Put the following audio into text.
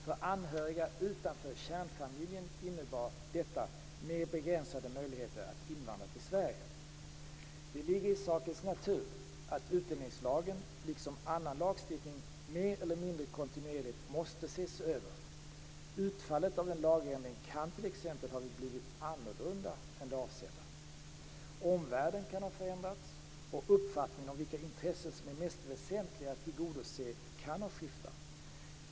För anhöriga utanför kärnfamiljen innebar detta mer begränsade möjligheter att invandra till Sverige. Det ligger i sakens natur att utlänningslagen liksom annan lagstiftning mer eller mindre kontinuerligt måste ses över. Utfallet av en lagändring kan t.ex. ha blivit annorlunda än det avsedda. Omvärlden kan ha förändrats. Uppfattningen om vilka intressen som är mest väsentliga att tillgodose kan ha skiftat.